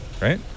Right